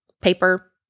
paper